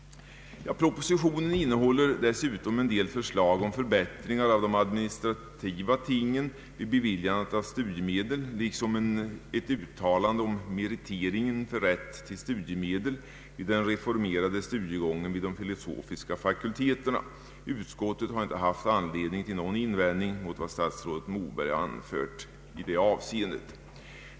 Propositionen innehåller vidare en del förslag om administrativa förbättringar vid beviljandet av studiemedel liksom ett uttalande om meritering för rätt till studiemedel i den reformerade studiegången vid de filosofiska fakulte terna. Utskottet har inte haft anledning till någon invändning mot vad statsrådet Moberg anfört i det avseendet.